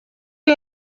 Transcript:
iyo